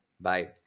Bye